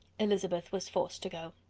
elizabeth was forced to go.